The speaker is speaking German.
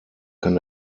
kann